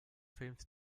films